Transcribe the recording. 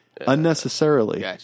unnecessarily